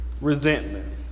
resentment